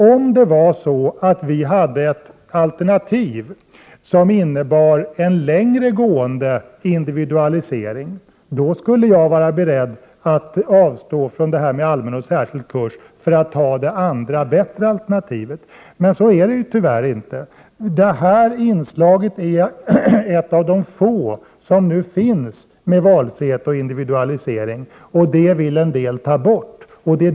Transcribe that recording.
Om vi hade ett alternativ som innebar en längre gående individualisering, skulle jag vara beredd att avstå från att ha allmän och särskild kurs för att i stället ha ett andra, bättre, alternativ. Men så är ju tyvärr inte förhållandet. Adolf Fredrik är en av de få skolor som medger valfrihet och individualisering. Det vill en del avskaffa.